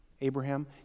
Abraham